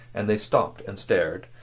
and they stopped and stared,